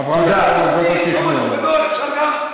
שעברה בכל מוסדות התכנון.